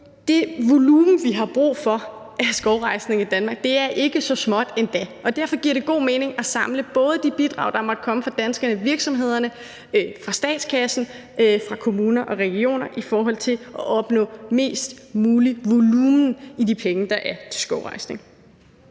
det volumen, vi har brug for af skovrejsning i Danmark, ikke er så småt endda, og derfor giver det god mening at samle de bidrag, der måtte komme fra danske virksomheder, fra statskassen, fra kommuner og regioner for at opnå mest mulig volumen for de penge, der er til skovrejsning.